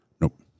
Nope